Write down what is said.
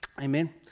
Amen